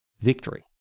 Victory